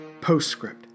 Postscript